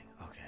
Okay